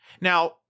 Now